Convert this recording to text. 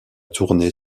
tournée